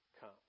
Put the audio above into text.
come